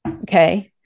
Okay